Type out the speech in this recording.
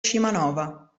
scimanova